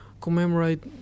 commemorate